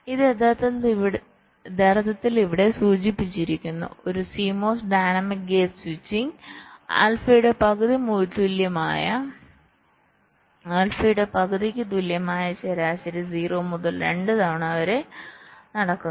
ഇത് യഥാർത്ഥത്തിൽ ഇവിടെ സൂചിപ്പിച്ചിരിക്കുന്നു ഒരു CMOS ഡൈനാമിക് ഗേറ്റ് സ്വിച്ചിംഗ് ആൽഫയുടെ പകുതിക്ക് തുല്യമായ ശരാശരി 0 മുതൽ 2 തവണ വരെ നടക്കുന്നു